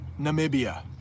Namibia